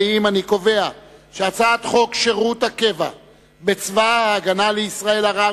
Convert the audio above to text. להעביר את הצעת חוק שירות הקבע בצבא-הגנה לישראל (ערר,